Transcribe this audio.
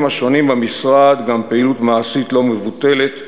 השונים במשרד גם פעילות מעשית לא מבוטלת,